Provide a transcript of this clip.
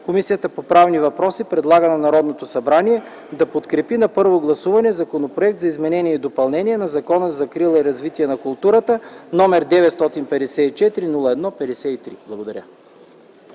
Комисията по правни въпроси предлага на Народното събрание да подкрепи на първо гласуване Законопроекта за изменение и допълнение на Закона за закрила и развитие на културата, № 954–01–53.” Благодаря.